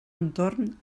entorn